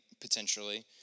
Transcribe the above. potentially